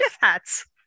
hats